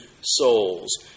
souls